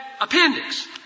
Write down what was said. appendix